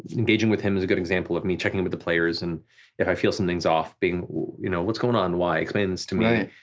engaging with him is a good example of me checking with the players, and if i feel something's off being you know what's going on, why, explain this to me. right.